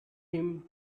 him